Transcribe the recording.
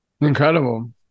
Incredible